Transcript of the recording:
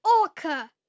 orca